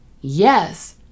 yes